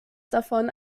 davon